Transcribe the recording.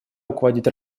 руководить